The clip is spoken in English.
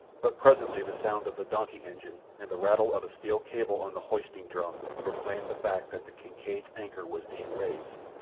but presently the sound of the donkey engine and the rattle of a steel cable on the hoisting-drum proclaimed the fact that the kincaid's anchor was being raised,